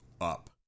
up